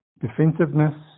defensiveness